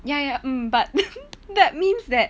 ya ya mm but that means that